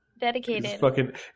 dedicated